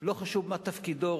לא חשוב מה תפקידו,